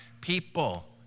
people